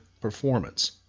performance